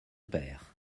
père